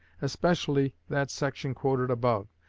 especially that section quoted above,